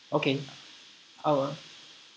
okay our